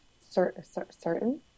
Certain